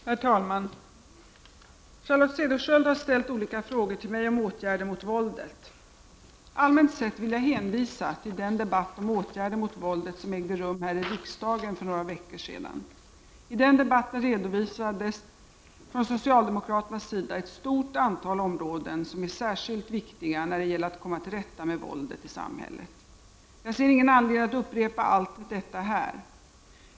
Herr talman! Charlotte Cederschiöld har ställt olika frågor till mig om åtgärder mot våldet. Allmänt sett vill jag hänvisa till den debatt om åtgärder mot våldet som ägde rum här i riksdagen för några veckor sedan. I den debatten redovisades från socialdemokraternas sida ett stort antal områden som är särskilt viktiga när det gäller att komma till rätta med våldet i samhället. Jag ser ingen anledning att upprepa allt detta här.